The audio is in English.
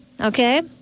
okay